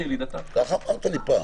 כך אמרת לי פעם.